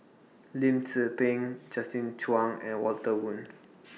Lim Tze Peng Justin Zhuang and Walter Woon